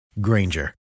Granger